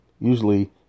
usually